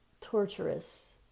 torturous